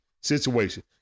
situation